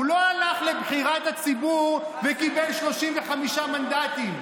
הוא לא הלך לבחירת הציבור וקיבל 35 מנדטים.